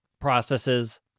processes